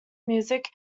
music